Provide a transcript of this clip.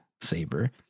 saber